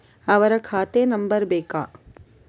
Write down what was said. ಅವರ ಖಾತೆ ನಂಬರ್ ಬೇಕಾ?